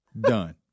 Done